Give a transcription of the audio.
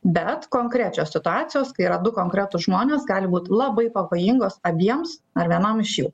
bet konkrečios situacijos kai yra du konkretūs žmonės gali būt labai pavojingos abiems ar vienam iš jų